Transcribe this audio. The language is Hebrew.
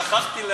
שכחתי,